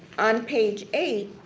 on page eight,